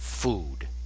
food